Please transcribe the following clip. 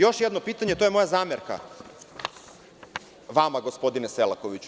Još jedno pitanje, to je moja zamerka vama, gospodine Selakoviću.